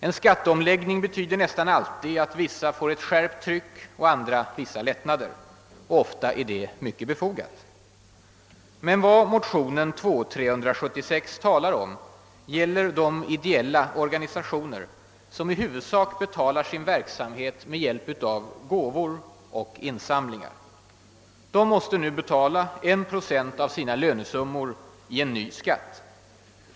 En skatteomläggning betyder nästan alltid att några får skärpt tryck och andra vissa lättnader, och ofta är det mycket befogat. Men vad motion II: 376 talar om är de ideella oganisationer som i huvudsak bekostar sin verksamhet med hjälp av gåvor och insamlingar. De måste nu betala 1 procent av sin lönesumma i en ny skatt.